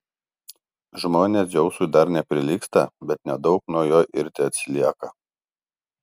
žmonės dzeusui dar neprilygsta bet nedaug nuo jo ir teatsilieka